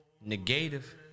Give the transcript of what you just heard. negative